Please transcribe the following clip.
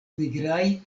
nigraj